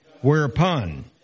whereupon